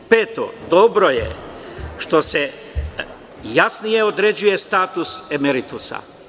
Peto, dobro je što se jasnije određuje status emeritusa.